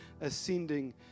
ascending